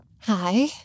Hi